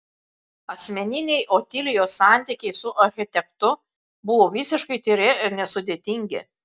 asmeniniai otilijos santykiai su architektu buvo visiškai tyri ir nesudėtingi